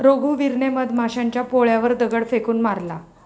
रघुवीरने मधमाशांच्या पोळ्यावर दगड फेकून मारला